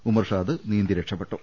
ഉമർഷാദ് നീന്തി രക്ഷപ്പെട്ടു